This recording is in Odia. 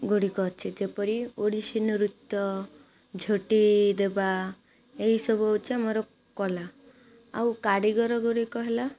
ଗୁଡ଼ିକ ଅଛି ଯେପରି ଓଡ଼ିଶୀ ନୃତ୍ୟ ଝୋଟି ଦେବା ଏହିସବୁ ହେଉଛି ଆମର କଳା ଆଉ କାରିଗର ଗୁଡ଼ିକ ହେଲା